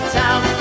town